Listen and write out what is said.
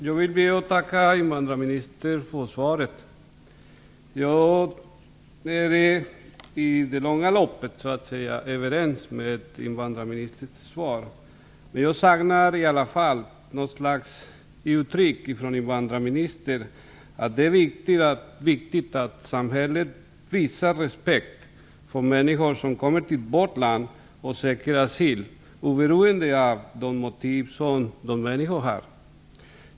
Fru talman! Jag vill tacka invandrarministern för svaret. Jag är i det stora hela överens med invandrarministern. Men jag saknar något slags uttryck från invandrarministern att det är viktigt att samhället visar respekt för de människor som kommer till vårt land och söker asyl, oberoende av de motiv som dessa människor har.